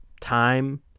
time